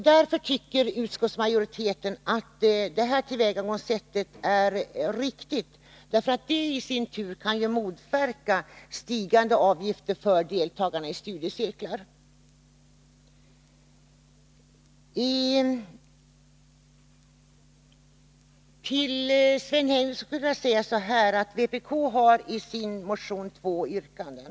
Därför tycker utskottsmajoriteten att detta tillvägagångssätt är riktigt, eftersom det i sin tur kan motverka stigande avgifter för deltagarna i studiecirklar. Vpk har i sin motion två yrkanden.